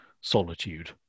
solitude